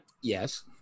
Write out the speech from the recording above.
yes